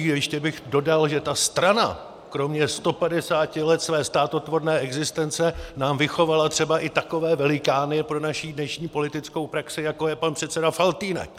Ještě bych dodal, že ta strana kromě 150 let své státotvorné existence nám vychovala třeba i takové velikány pro naši dnešní politickou praxi, jako je pan předseda Faltýnek.